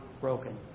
broken